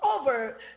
over